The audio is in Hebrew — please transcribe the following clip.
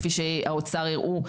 כפי שהאוצר הראו,